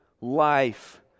life